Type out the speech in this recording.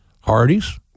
Hardys